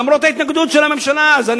למרות ההתנגדות של הממשלה אז.